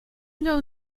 know